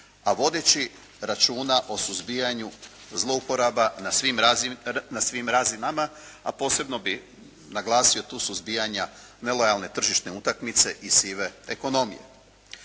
a vodeći računa o suzbijanju zlouporaba na svim razinama a posebno bih naglasio tu suzbijanja nelojalne tržišne utakmice i sive ekonomije.